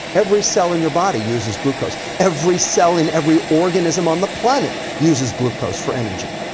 every cell in your body uses glucose. every cell in every organism on the planet uses glucose for energy,